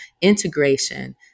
integration